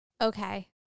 Okay